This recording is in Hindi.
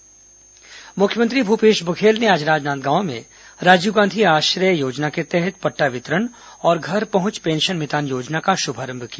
मुख्यमंत्री राजनांदगांव मुख्यमंत्री भूपेश बधेल ने आज राजनांदगांव में राजीव गांधी आश्रय योजना के तहत पट्टा वितरण और घर पहंच पेंशन मितान योजना का श्रभारंभ किया